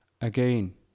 again